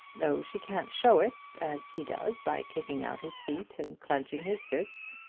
though she can't show it as he does by kicking out his feet and clenching his fist.